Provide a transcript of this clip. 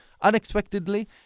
unexpectedly